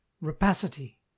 rapacity